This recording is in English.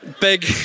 big